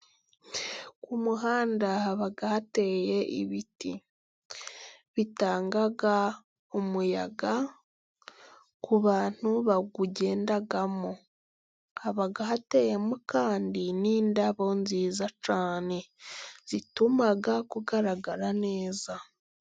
Ku muhanda habaga hateye ibiti. Bitanga umuyaga ku bantu bawugendamo. Haba hateyemo kandi n'indabo nziza cyane zituma hagaragara neza.